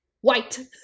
white